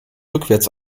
rückwärts